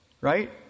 Right